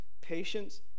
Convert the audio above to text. patience